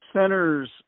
Center's